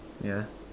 yeah